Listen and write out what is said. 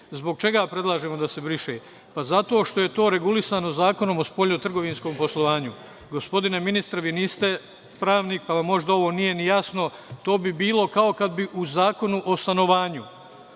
Zbog čega predlažemo da se briše? Zato što je to regulisano Zakonom o spoljnotrgovinskom poslovanju. Gospodine ministre, vi niste pravnik pa vam možda ovo nije ni jasno. To bi bilo kao kada bi u Zakonu o stanovanju